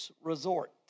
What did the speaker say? Resort